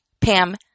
Pam